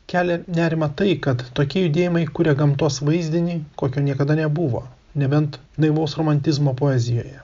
kelia nerimą tai kad tokie judėjimai kuria gamtos vaizdinį kokio niekada nebuvo nebent naivaus romantizmo poezijoje